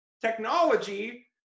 technology